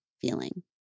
feeling